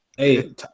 Hey